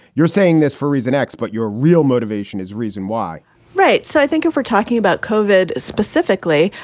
you're saying this for reason. x put your real motivation is reason why right. so thank you for talking about covered specifically.